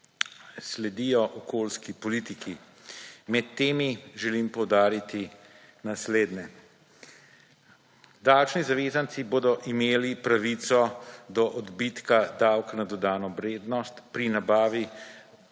sledijo okoljski politiki. Med temi želim poudariti naslednje; davčni zavezanci bodo imeli pravico do odbitka davka na dodano vrednost pri nabavi